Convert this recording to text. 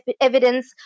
evidence